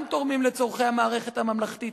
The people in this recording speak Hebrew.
גם תורמים לצורכי המערכת הממלכתית,